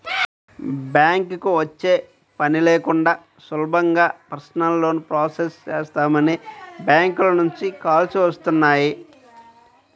బ్యాంకుకి వచ్చే పని లేకుండా సులభంగా పర్సనల్ లోన్ ప్రాసెస్ చేస్తామని బ్యాంకుల నుంచి కాల్స్ వస్తున్నాయి